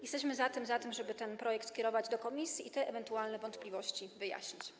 Jesteśmy za tym, żeby ten projekt skierować do komisji i te ewentualne wątpliwości wyjaśnić.